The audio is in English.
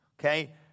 Okay